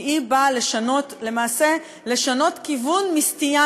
כי היא באה למעשה לשנות כיוון מסטייה,